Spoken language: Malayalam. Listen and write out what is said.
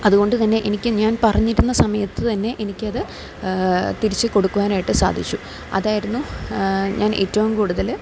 അതുകൊണ്ടുതന്നെ എനിക്ക് ഞാൻ പറഞ്ഞിരുന്ന സമയത്ത് തന്നെ എനിക്കത് തിരിച്ചു കൊടുക്കുവാനായിട്ട് സാധിച്ചു അതായിരുന്നു ഞാൻ ഏറ്റവും കൂടുതൽ